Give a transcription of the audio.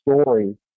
story